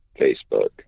Facebook